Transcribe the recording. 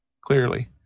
Clearly